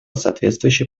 соответствующие